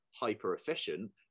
hyper-efficient